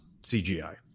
CGI